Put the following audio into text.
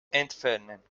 entfernen